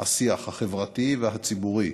של השיח החברתי והציבורי